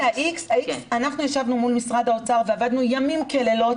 אנחנו ישבנו מול משרד האוצר ועבדנו לילות